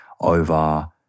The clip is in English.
over